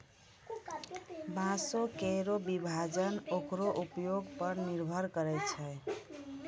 बांसों केरो विभाजन ओकरो उपयोग पर निर्भर करै छै